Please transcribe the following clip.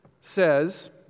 says